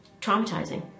traumatizing